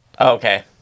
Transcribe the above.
Okay